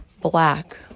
black